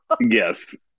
Yes